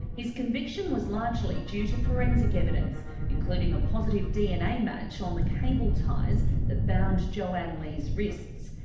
his conviction was largely due to forensic evidence including a positive dna match on the cable ties that bound joanne lees' wrists.